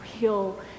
real